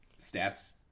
stats